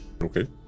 Okay